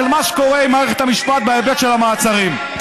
מה שקורה במערכת המשפט בהיבט של המעצרים.